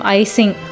icing